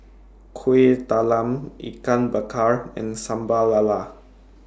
Kueh Talam Ikan Bakar and Sambal Lala